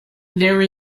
there